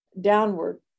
downward